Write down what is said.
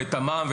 את המע"מ,